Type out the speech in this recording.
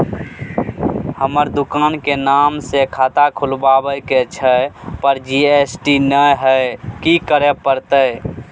हमर दुकान के नाम से खाता खुलवाबै के छै पर जी.एस.टी नय हय कि करे परतै?